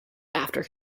after